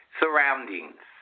surroundings